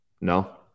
No